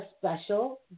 special